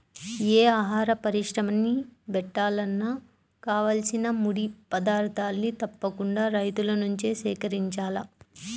యే ఆహార పరిశ్రమని బెట్టాలన్నా కావాల్సిన ముడి పదార్థాల్ని తప్పకుండా రైతుల నుంచే సేకరించాల